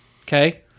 okay